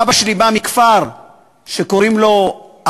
אבא שלי בא מכפר שקוראים לו אחלל,